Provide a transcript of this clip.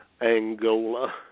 Angola